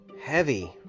heavy